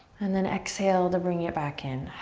and then exhale to bring it back in.